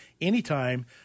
anytime